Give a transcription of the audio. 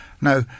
Now